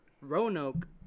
Roanoke